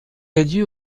réduit